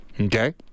Okay